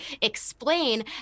explain